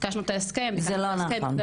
ביקשנו את ההסכם ואז גילינו שזה לא נכון.